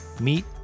Meet